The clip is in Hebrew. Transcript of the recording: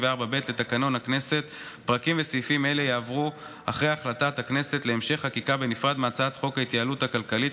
עד 15(5), 18 ו-20(ב), בעניין חוק חדלות פירעון,